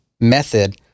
method